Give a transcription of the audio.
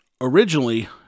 originally